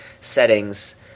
settings